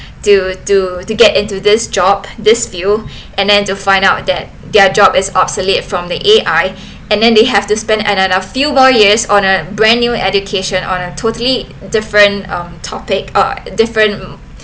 to to to get into this job this field and then to find out that their job is obsolete from the A_I and then they have to spend a few more years on a brand new education on a totally different um topic uh different